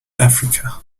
africa